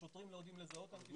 השוטרים לא יודעים לזהות אנטישמיות.